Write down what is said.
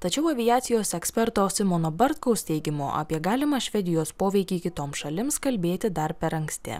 tačiau aviacijos eksperto simono bartkaus teigimu apie galimą švedijos poveikį kitom šalims kalbėti dar per anksti